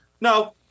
No